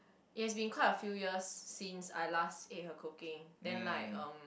it has been quite a few years since I last ate her cooking then like um